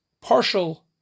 partial